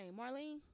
Marlene